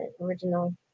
original